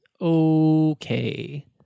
Okay